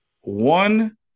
one